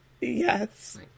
Yes